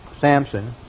Samson